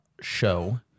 show